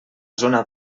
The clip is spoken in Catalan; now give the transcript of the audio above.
zona